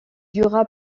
dura